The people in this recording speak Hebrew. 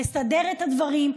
לסדר את הדברים,